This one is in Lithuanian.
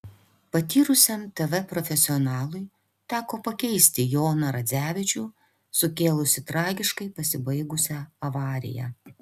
patyrusiam tv profesionalui teko pakeisti joną radzevičių sukėlusį tragiškai pasibaigusią avariją